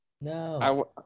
No